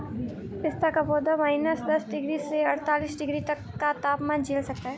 पिस्ता का पौधा माइनस दस डिग्री से अड़तालीस डिग्री तक का तापमान झेल सकता है